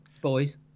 Boys